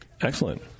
Excellent